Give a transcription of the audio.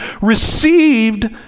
received